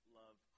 love